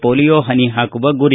polio ಹನಿ ಹಾಕುವ ಗುರಿ